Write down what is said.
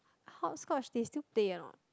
hopscotch they still pay or not